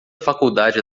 faculdade